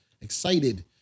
excited